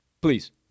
Please